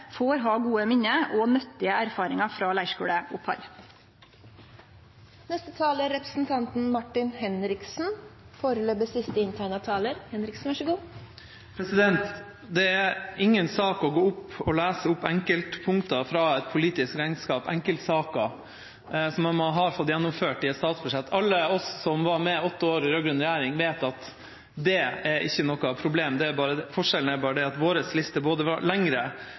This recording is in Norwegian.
får ha gode minne og nyttige erfaringar frå leirskuleopphald. Det er ingen sak å gå på talerstolen og lese opp enkeltpunkter fra et politisk regnskap, enkeltsaker som man har fått gjennomført i et statsbudsjett. Alle vi som var med i åtte år i den rød-grønne regjeringa, vet at det er ikke noe problem. Forskjellen er bare at vår liste var både lengre og bedre. Jeg hører representanten Sivert Bjørnstad fra Fremskrittspartiet snakke om fantasibudsjetter. Vel, det